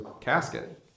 casket